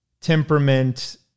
temperament